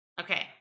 Okay